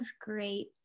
great